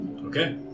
Okay